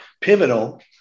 pivotal